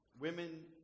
Women